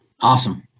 Awesome